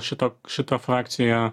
šita šita frakcija